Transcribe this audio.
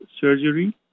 surgery